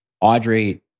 Audrey